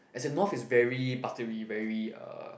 as a north is very buttery very uh